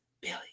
Billy